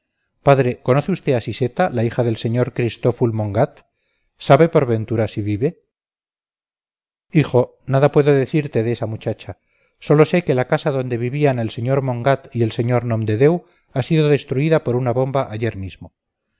padre conoce usted a siseta la hija del sr cristful mongat sabe por ventura si vive hijo nada puedo decirte de esa muchacha sólo sé que la casa donde vivían el sr mongat y el sr nomdedeu ha sido destruida por una bomba ayer mismo